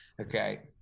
okay